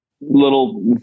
little